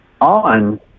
on